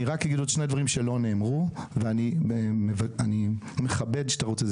אני רק אגיד עוד שני דברים שלא נאמרו ואני מכבד שאתה רוצה,